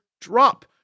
drop